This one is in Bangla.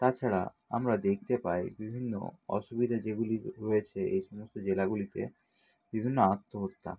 তাছাড়া আমরা দেখতে পাই বিভিন্ন অসুবিধে যেগুলি রয়েছে এই সমস্ত জেলাগুলিতে বিভিন্ন আত্মহত্যা